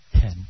Ten